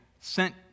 sent